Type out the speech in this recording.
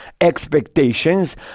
expectations